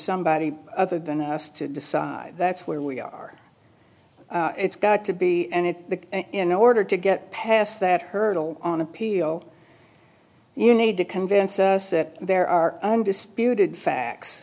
somebody other than us to decide that's where we are it's got to be and it's in order to get past that hurdle on appeal you need to convince us that there are undisputed facts